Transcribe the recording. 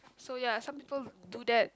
so ya some people do that